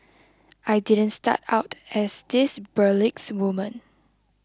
I didn't start out as this burlesque woman